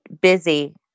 busy